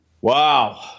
Wow